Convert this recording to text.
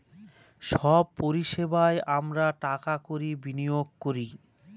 সব পরিষেবায় আমরা টাকা কড়ি বিনিয়োগ করি